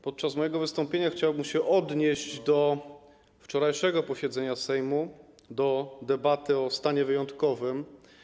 Podczas mojego wystąpienia chciałbym się odnieść do wczorajszego posiedzenia Sejmu, do debaty o stanie wyjątkowym.